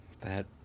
That-